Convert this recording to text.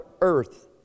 earth